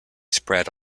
spread